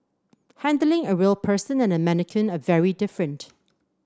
handling a real person and a mannequin are very different